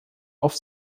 auf